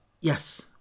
Yes